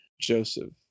Joseph